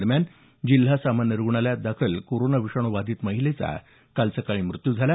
दरम्यान जिल्हा सामान्य रुग्णालयात दाखल कोरोना विषाणू बाधित महिलेचा काल सकाळी मृत्यू झाला